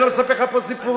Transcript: אני לא מספר לך פה סיפורים.